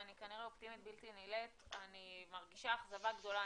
ואני כנראה אופטימית בלתי נלאית אני מרגישה אכזבה גדולה.